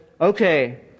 okay